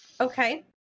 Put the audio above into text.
Okay